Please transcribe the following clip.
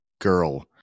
girl